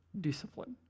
discipline